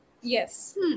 Yes